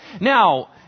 Now